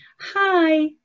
hi